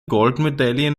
goldmedaillen